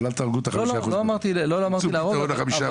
לא אמרתי להרוג.